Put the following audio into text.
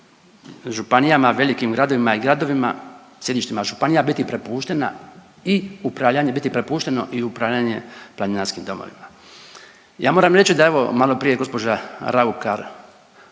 županijama, velikim gradovima i gradovima, sjedištima županija biti prepuštena i upravljanje biti prepušteno i upravljanje planinarskim domovima. Ja moram reći da evo malo prije je gospođa Raukar